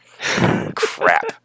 Crap